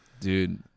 Dude